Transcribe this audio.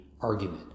argument